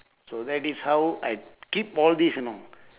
so that is how I keep all these you know